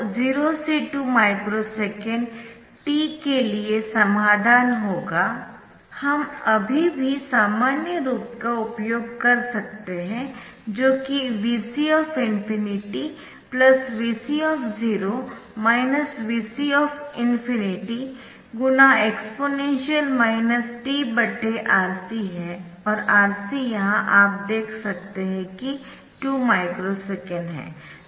तो 0 से 2 microsecond t के लिए समाधान होगा हम अभी भी सामान्य रूप का उपयोग कर सकते है जो कि Vc ∞ Vc Vc ∞ x exp t R C है और R C यहां आप देख सकते है कि 2 माइक्रो सेकंड है